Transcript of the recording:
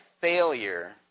failure